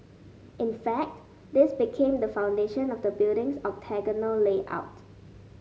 in fact this became the foundation of the building's octagonal layout